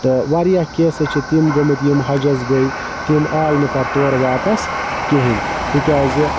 تہٕ واریاہ کیسِز چھِ تِم گٔمٕتۍ یِم حَجَس گٔے تِم آے نہٕ پَتہٕ تورٕ واپَس کِہیٖنۍ تکیازِ